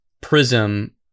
prism